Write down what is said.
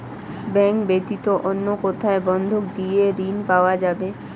Bank ব্যাতীত অন্য কোথায় বন্ধক দিয়ে ঋন পাওয়া যাবে?